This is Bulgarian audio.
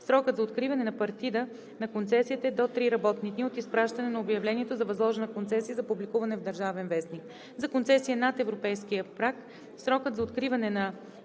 срокът за откриване на партида на концесията е до три работни дни от изпращане на обявлението за възложена концесия за публикуване в „Държавен вестник“. За концесия над европейския праг срокът за откриване на